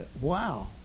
wow